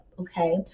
Okay